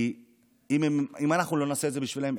כי אם אנחנו לא נעשה את זה בשבילם,